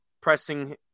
pressing